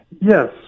Yes